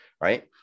Right